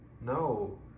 No